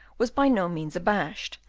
was by no means abashed,